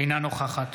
אינה נוכחת